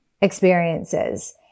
experiences